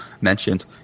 mentioned